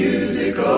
Music